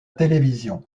télévision